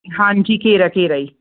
ਹਾਂਜੀ ਘੇਰਾ ਘੇਰਾ ਹੀ